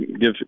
give